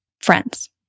friends